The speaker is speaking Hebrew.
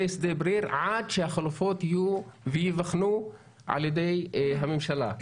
שדה בריר עד שהחלופות יהיו וייבחנו על ידי הממשלה.